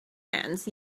hands